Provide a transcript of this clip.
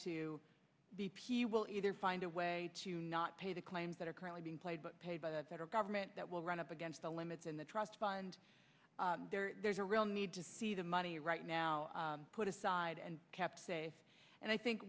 p will either find a way to not pay the claims that are currently being played but paid by the federal government that will run up against the limits in the trust fund there's a real need to see the money right now put aside and kept safe and i think